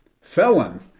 felon